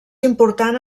important